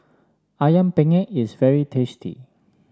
ayam Penyet is very tasty